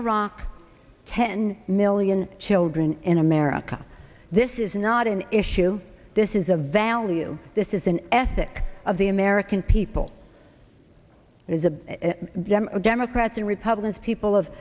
iraq ten million children in america this is not an issue this is a value this is an ethic of the american people is a gem of democrats and republicans people